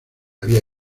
había